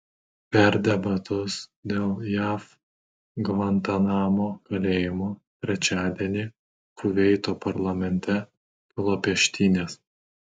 per debatus dėl jav gvantanamo kalėjimo trečiadienį kuveito parlamente kilo peštynės